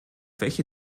welche